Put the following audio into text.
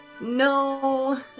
No